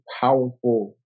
powerful